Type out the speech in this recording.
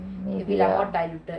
ya